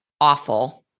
awful